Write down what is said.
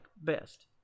best